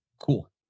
Cool